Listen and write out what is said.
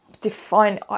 define